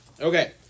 Okay